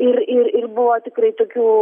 ir ir ir buvo tikrai tokių